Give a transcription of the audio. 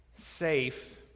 safe